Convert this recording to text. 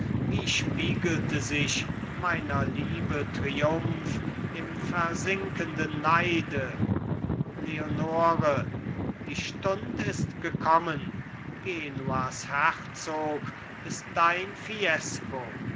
wie spiegelte sich meiner liebe triumph im versinkenden neide leonore die stund ist gekommen genuas herzog ist dein fiesco